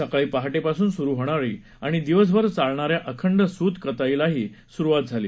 सकाळी पहाटे पासून सुरू होणारी आणि दिवसभर चालणाऱ्या अखंड सूत कताईलाही सुरवात झाली